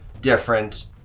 different